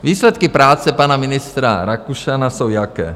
Výsledky práce pana ministra Rakušana jsou jaké?